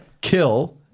kill